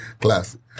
classic